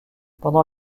pendant